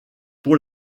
pour